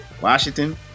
Washington